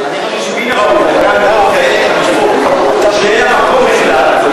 אני חושב שמן הראוי אחרי אמירות כאלה חריפות,